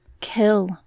kill